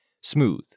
Smooth